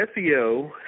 SEO